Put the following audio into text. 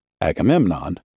Agamemnon